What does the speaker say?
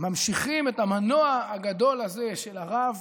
ממשיכים את המנוע הגדול הזה של הרב